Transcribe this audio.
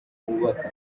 wubaka